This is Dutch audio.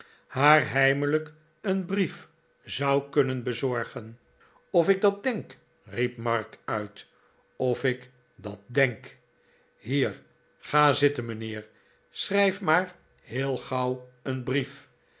haar heimelijk een brief zou kunnen bezorgen of ik dat denk riep mark uit of ik dat denk hier ga zitten mijnheer schrijf maar heel gauw een brief